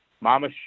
mama